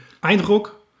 Eindruck